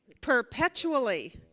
Perpetually